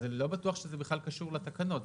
אז לא בטוח שזה בכלל קשור לתקנות.